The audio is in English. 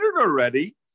already